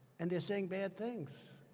and they're saying bad things.